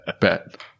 Bet